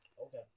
Okay